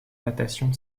natation